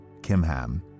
Kimham